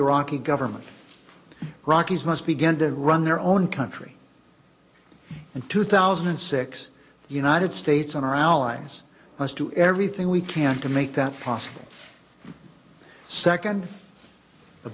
iraqi government rocky's must begin to run their own country in two thousand and six the united states and our allies must do everything we can to make that possible second the